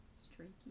Streaky